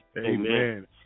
Amen